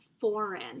foreign